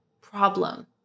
problem